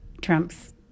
Trump's